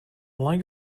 like